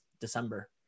December